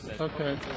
Okay